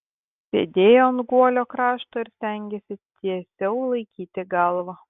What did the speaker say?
sėdėjo ant guolio krašto ir stengėsi tiesiau laikyti galvą